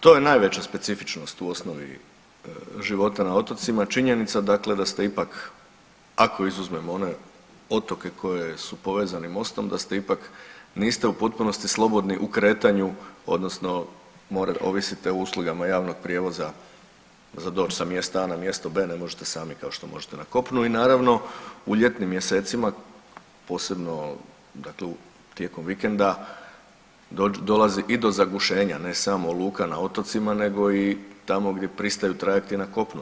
To je najveća specifičnost u osnovi života na otocima, činjenica dakle da ste ipak, ako izuzmemo one otoke koji su povezani mostom, da ste ipak, niste u potpunosti slobodni u kretanju odnosno ovisite o usluga javnog prijevoza za doć sa mjesta A na mjesto B, ne možete sami kao što možete na kopnu i naravno u ljetnim mjesecima posebno da tu tijekom vikenda dolazi i do zagušenja ne samo luka na otocima nego i tamo gdje pristaju trajekti na kopnu.